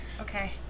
Okay